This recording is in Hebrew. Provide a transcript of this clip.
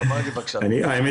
האמת